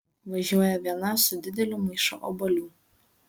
važiuoja viena su dideliu maišu obuolių